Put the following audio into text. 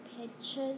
pictures